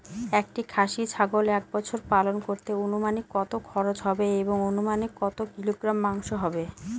একটি খাসি ছাগল এক বছর পালন করতে অনুমানিক কত খরচ হবে এবং অনুমানিক কত কিলোগ্রাম মাংস হবে?